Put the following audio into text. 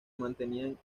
mantenían